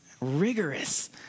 rigorous